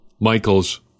Michael's